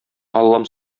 аллам